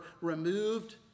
removed